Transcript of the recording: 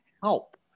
help